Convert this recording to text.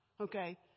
Okay